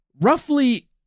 roughly